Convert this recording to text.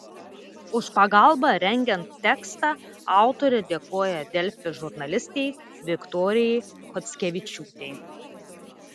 už pagalbą rengiant tekstą autorė dėkoja delfi žurnalistei viktorijai chockevičiūtei